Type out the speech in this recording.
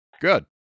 Good